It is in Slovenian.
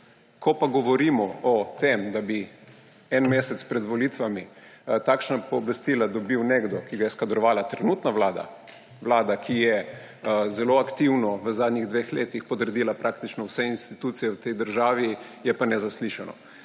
Ko pa govorimo o tem, da bi en mesec pred volitvami takšna pooblastila dobil nekdo, ki ga je kadrovala trenutna vlada, vlada, ki si je zelo aktivno v zadnjih dveh letih podredila praktično vse institucije v državi, je pa nezaslišano.